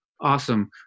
awesome